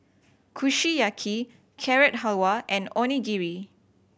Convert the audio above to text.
Kushiyaki Carrot Halwa and Onigiri